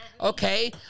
Okay